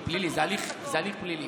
הוא צריך עוד עשר דקות.